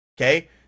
Okay